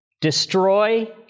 Destroy